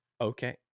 Okay